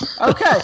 okay